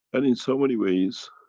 and in so many ways,